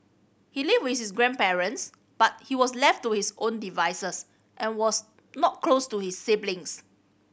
he lived with his grandparents but he was left to his own devices and was not close to his siblings